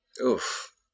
Oof